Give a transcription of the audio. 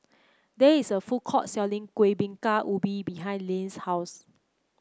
there is a food court selling Kueh Bingka Ubi behind Layne's house